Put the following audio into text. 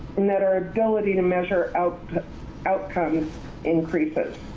and that our ability to measure outcomes outcomes increases.